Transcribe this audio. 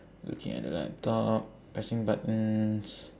looking at the laptop pressing buttons